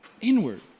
inward